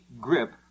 grip